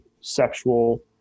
sexual